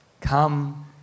come